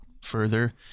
further